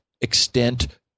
extent